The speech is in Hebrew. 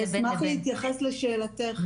אני אתייחס לשאלתך.